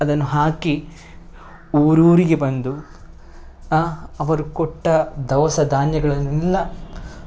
ಅದನ್ನು ಹಾಕಿ ಊರೂರಿಗೆ ಬಂದು ಆಂ ಅವರು ಕೊಟ್ಟ ದವಸ ಧಾನ್ಯಗಳನ್ನೆಲ್ಲ